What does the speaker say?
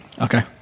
Okay